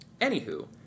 Anywho